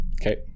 Okay